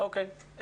אוקיי.